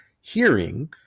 hearing